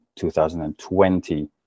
2020